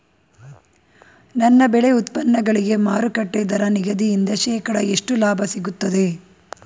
ನನ್ನ ಬೆಳೆ ಉತ್ಪನ್ನಗಳಿಗೆ ಮಾರುಕಟ್ಟೆ ದರ ನಿಗದಿಯಿಂದ ಶೇಕಡಾ ಎಷ್ಟು ಲಾಭ ಸಿಗುತ್ತದೆ?